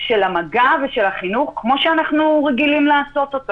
של המגע ושל החינוך, כפי שאנחנו רגילים לעשות.